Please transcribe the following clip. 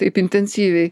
taip intensyviai